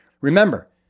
Remember